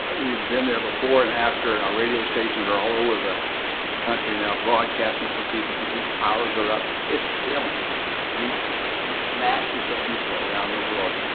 ah we've been there before and after, and our radio stations are all over the the country now broadcasting, so people can, these towers are up. it's thrilling to reach masses of people around the world,